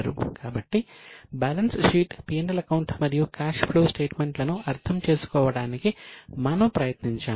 కాబట్టి balance sheet P L account మరియు cash flow statement లను అర్థం చేసుకోవడానికి మనము ప్రయత్నించాము